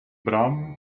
bram